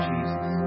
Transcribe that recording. Jesus